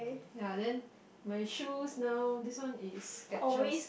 ya then my shoes now this one is Skechers